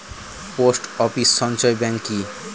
Post office সঞ্চয় bank কি?